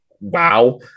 wow